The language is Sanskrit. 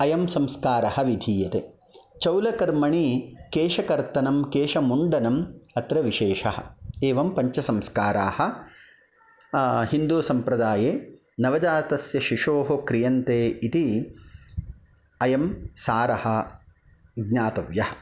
अयं संस्कारः विधीयते चौलकर्मणि केशकर्तनं केशमुण्डनम् अत्र विशेषः एवं पञ्चसंस्काराः हिन्दूसम्प्रदाये नवजातस्य शिशोः क्रियन्ते इति अयं सारः ज्ञातव्यः